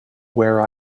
where